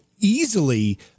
easily